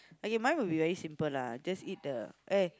okay mine would be very simple lah just eat the eh